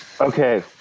Okay